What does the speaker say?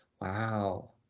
Wow